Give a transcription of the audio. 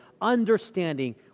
understanding